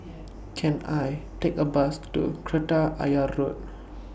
Can I Take A Bus to Kreta Ayer Road